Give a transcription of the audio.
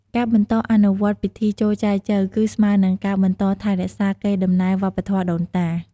ការបន្តអនុវត្តពិធីចូលចែចូវ គឺស្មើនឹងការបន្តថែរក្សាកេរដំណែលវប្បធម៌ដូនតា។